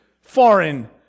foreign